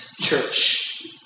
church